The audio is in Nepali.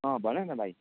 अँ भन न भाइ